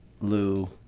Lou